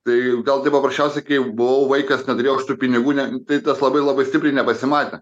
tai gal taip paprasčiausiai kai buvau vaikas neturėjau aš tų pinigų nes tai tas labai labai stipriai nepasimatė